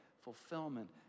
fulfillment